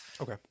Okay